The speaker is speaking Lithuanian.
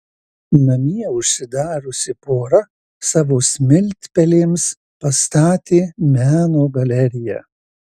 namie užsidariusi pora savo smiltpelėms pastatė meno galeriją